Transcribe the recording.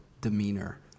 demeanor